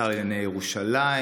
שר לענייני ירושלים,